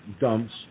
dumps